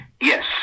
Yes